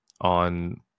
on